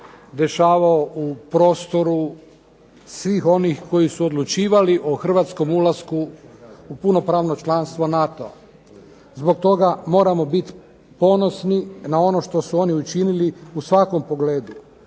dešavao u prostoru svih onih koji su odlučivali o hrvatskom ulasku u punopravno članstvo NATO-a. Zbog toga moramo biti ponosni na ono što su oni učinili u svakom pogledu.